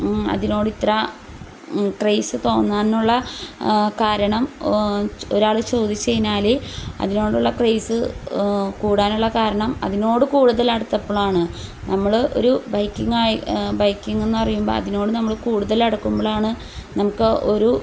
അതിനോട് ഇത്ര ക്രൈസ് തോന്നാനുള്ള കാരണം ഒരാൾ ചോദിച്ചുകഴിഞ്ഞാൽ അതിനോടുള്ള ക്രൈയ്സ് കൂടാനുള്ള കാരണം അതിനോട് കൂടുതൽ അടുത്തപ്പോഴാണ് നമ്മൾ ഒരു ബൈക്കിങ്ങായി ബൈക്കിങ്ങെന്ന് പറയുമ്പോൾ അതിനോട് നമ്മൾ കൂടുതലടുക്കുമ്പോഴാണ് നമുക്ക് ഒരു